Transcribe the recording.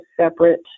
separate